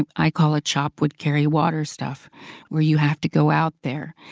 and i call it chop wood, carry water stuff where you have to go out there.